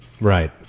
Right